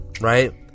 Right